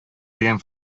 дигән